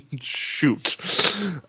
shoot